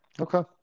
Okay